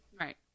Right